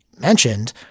mentioned